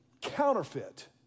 counterfeit